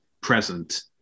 present